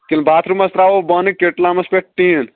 کِنہٕ باتھروٗمس ترٲوو بۄنہٕ کِٹلمس پٮ۪ٹھ ٹیٖن